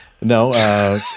No